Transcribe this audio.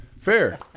Fair